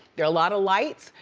there are a lot of lights,